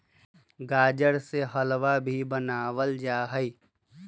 गाजर से हलवा भी बनावल जाहई